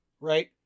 Right